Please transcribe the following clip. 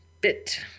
Bit